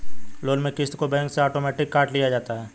loan में क़िस्त को बैंक से आटोमेटिक काट लिया जाता है